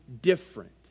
different